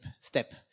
step